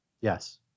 Yes